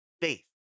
faith